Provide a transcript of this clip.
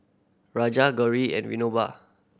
Raja Gauri and Vinoba